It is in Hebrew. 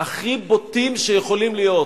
הכי בוטים שיכולים להיות,